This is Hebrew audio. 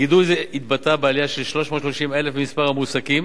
גידול זה התבטא בעלייה של 330,000 במספר המועסקים